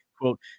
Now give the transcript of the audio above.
Quote